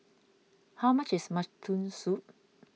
how much is Mutton Soup